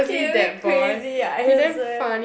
he a bit crazy ah he's a